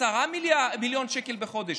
10 מיליון שקל בחודש?